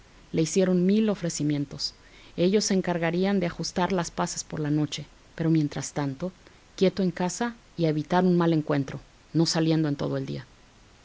le hicieron mil ofrecimientos ellos se encargarían de ajustar las paces por la noche pero mientras tanto quieto en casa y a evitar un mal encuentro no saliendo en todo el día